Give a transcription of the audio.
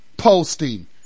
posting